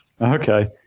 okay